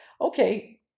okay